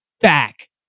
back